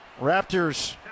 raptors